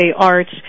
Arts